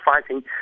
fighting